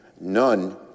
None